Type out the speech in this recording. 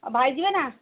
ଭାଇ ଯିବେ ନା